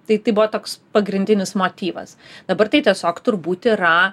tai tai buvo toks pagrindinis motyvas dabar tai tiesiog turbūt yra